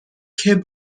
کبر